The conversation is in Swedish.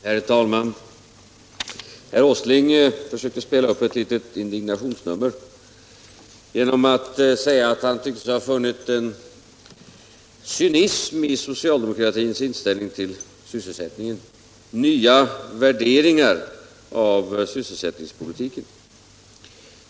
Herr talman! Herr Åsling försökte spela upp ett litet indignationsnummer genom att säga att han tyckte sig ha funnit en cynism i socialdemokratins inställning till sysselsättningen, nya värderingar av sysselsättningspolitiken.